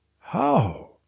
How